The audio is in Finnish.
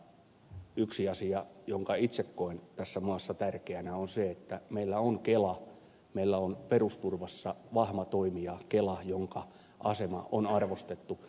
mutta yksi asia jonka itse koen tässä maassa tärkeänä on se että meillä on kela meillä on perusturvassa vahva toimija kela jonka asema on arvostettu